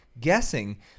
guessing